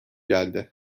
geldi